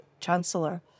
Chancellor